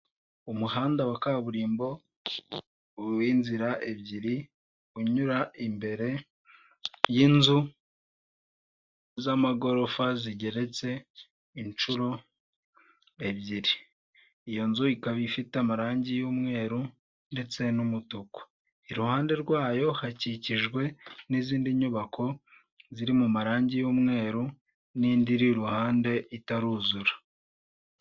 Umuhanda wa kaburimbo uw'inzira ebyiri unyura imbere y'inzu z'amagorofa zigeretse inshuro ebyiri, iyo nzu ikaba ifite amarangi y'umweru ndetse n'umutuku, iruhande rwayo hakikijwe n'izindi nyubako ziri mu marangi y'umweru n'indi iri iruhande itaruzura.